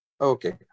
Okay